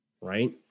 right